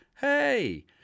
hey